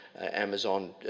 Amazon